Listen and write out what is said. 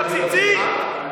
משפט סיכום.